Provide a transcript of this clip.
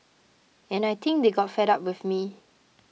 and I think they got fed up with me